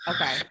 Okay